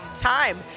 time